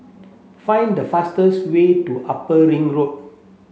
find the fastest way to Upper Ring Road